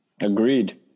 Agreed